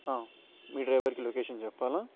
మీ డ్రైవర్కి లొకేషన్ చెప్పాలా